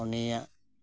ᱩᱱᱤᱭᱟᱜ